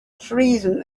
treason